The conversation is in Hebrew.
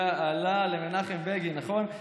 יא אללה, למנחם בגין, נכון.